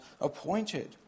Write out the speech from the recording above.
appointed